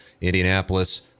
indianapolis